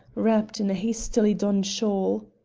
wrapped in a hastily-donned shawl.